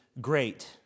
Great